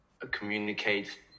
communicate